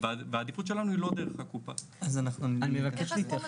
אז איך אנחנו נדע?